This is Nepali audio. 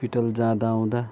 हस्पिटल जाँदा आउँदा